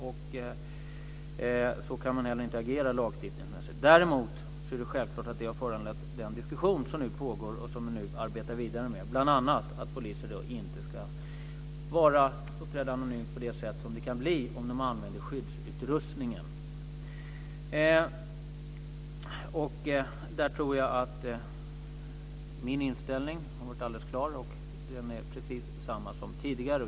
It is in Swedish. Så kan man inte heller agera lagstiftningsmässigt. Däremot är det självklart att detta har föranlett den diskussion som nu pågår och som vi nu arbetar vidare med, bl.a. att poliser inte ska uppträda anonymt på det som de gör om de använder skyddsutrustningen. Där har min inställning varit alldeles klar, och den är precis densamma som tidigare.